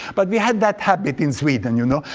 but we had that habit in sweden, you know,